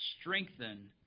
strengthen